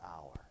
hour